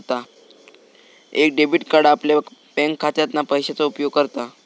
एक debit card आपल्या बँकखात्यातना पैशाचो उपयोग करता